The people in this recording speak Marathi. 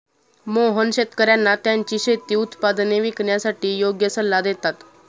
मोहन शेतकर्यांना त्यांची शेती उत्पादने विकण्यासाठी योग्य सल्ला देतात